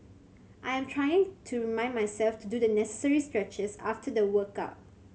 I am trying to remind myself to do the necessary stretches after the workout